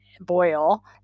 boil